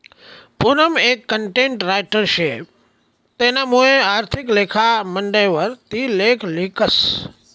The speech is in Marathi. पूनम एक कंटेंट रायटर शे तेनामुये आर्थिक लेखा मंडयवर ती लेख लिखस